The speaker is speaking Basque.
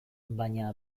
baina